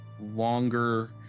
longer